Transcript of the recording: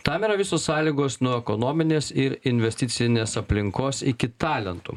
tam yra visos sąlygos nuo ekonominės ir investicinės aplinkos iki talentų